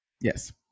Yes